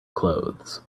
clothes